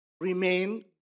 remain